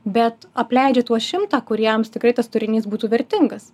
bet apleidžia tuos šimtą kuriems tikrai tas turinys būtų vertingas